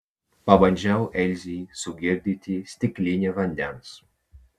pabandžiau elzei sugirdyti stiklinę vandens